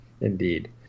Indeed